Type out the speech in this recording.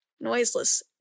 noiseless